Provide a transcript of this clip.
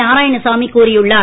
நாராயணசாமி கூறியுள்ளார்